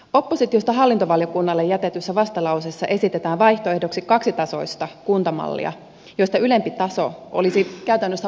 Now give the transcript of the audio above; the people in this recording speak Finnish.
oppositiosta hallintovaliokunnalle jätetyssä vastalauseessa esitetään vaihtoehdoksi kaksitasoista kuntamallia jossa ylempi taso olisi käytännössä maakunnallinen